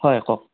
হয় কওক